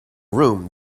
room